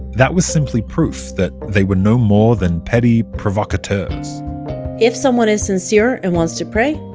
that was simply proof that they were no more than petty provocateurs if someone is sincere and wants to pray,